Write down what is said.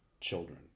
Children